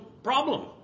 problem